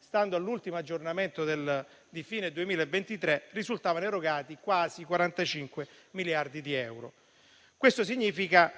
stando all'ultimo aggiornamento di fine 2023 risultavano erogati quasi 45 miliardi di euro. Questo significa